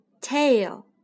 Tail